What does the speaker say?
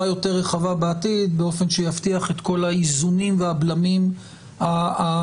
יותר רחבה בעתיד באופן שיבטיח את כל האיזונים והבלמים הנדרשים.